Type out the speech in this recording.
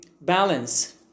Balance